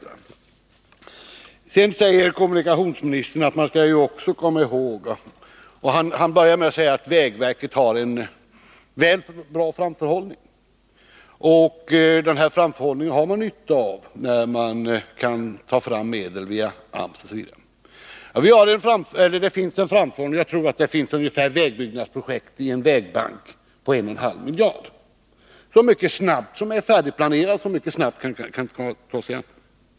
Vidare säger kommunikationsministern att vägverket har en bra framförhållning, och den har man nytta av när man kan ta fram medel via AMS. Ja, det finns en framförhållning. Jag tror det finns vägbyggnadsprojekt i en vägbank på 1,5 miljarder som är färdigplanerade och som mycket snabbt kan tas i anspråk.